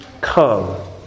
Come